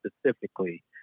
specifically